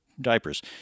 diapers